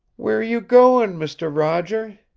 where are you goin', mister roger?